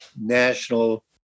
national